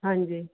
ਹਾਂਜੀ